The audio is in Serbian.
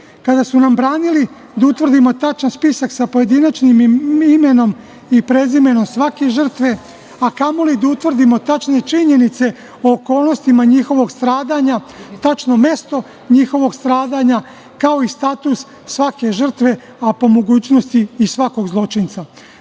kada su nam branili da utvrdimo tačan spisak sa pojedinačnim imenom i prezimenom svake žrtve, a kamoli da utvrdimo tačne činjenice o okolnostima njihovog stradanja, tačno mesto njihovog strada, kao i status svake žrtve, a po mogućnosti i svakog zločinca. Na